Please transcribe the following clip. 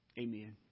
Amen